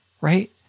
right